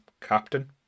Captain